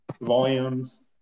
volumes